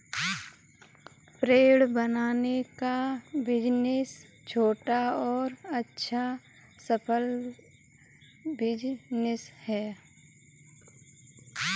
bread बनाने का business छोटा और अच्छा सफल बिज़नेस है